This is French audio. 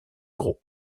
gros